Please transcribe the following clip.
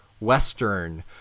Western